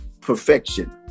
perfection